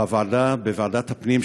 בוועדת הפנים,